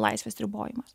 laisvės ribojimas